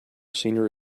senior